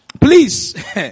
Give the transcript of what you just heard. please